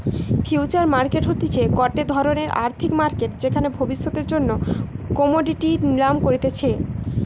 future market হতিছে গটে ধরণের আর্থিক মার্কেট যেখানে ভবিষ্যতের জন্য কোমোডিটি নিলাম করতিছে